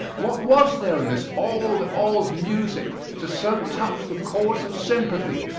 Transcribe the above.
what was there in this old, old music, to so touch the chords of sympathy,